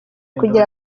kugira